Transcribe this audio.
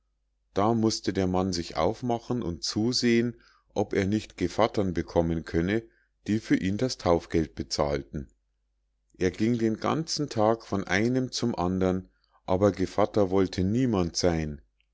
da mußte der mann sich aufmachen und zusehen ob er nicht gevattern bekommen könne die für ihn das taufgeld bezahlten er ging den ganzen tag von einem zum andern aber gevatter wollte niemand sein